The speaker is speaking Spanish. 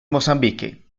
mozambique